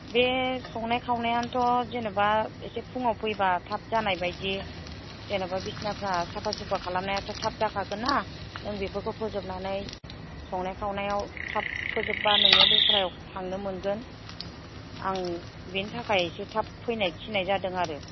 बे संनाय खावनायानोथ' जेनेबा एसे फुङाव फैबा थाब जानायबायदि जेनेबा बिसनाफ्रा साफा सुफा खालामनायाथ' थाब जाखागोनना नों बेफोरखौ फोजोबनानै संनाय खावनायाव थाब फोजोबबा नोङो दस्रायाव थांनो मोनगोन आं बेनिथाखाय एसे थाब फैनो थिननाय जादों आरो